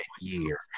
year